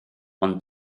ond